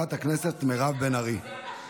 חברת הכנסת מירב בן ארי.